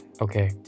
Okay